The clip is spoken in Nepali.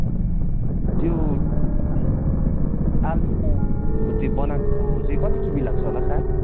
हजुर त्यो आलमिरा त्यो बनाएको चाहिँ कति किबी लाग्छ होला काठ